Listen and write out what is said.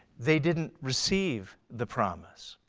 they didn't receive the promise.